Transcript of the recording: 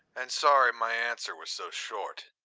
and sorry my answer was so short.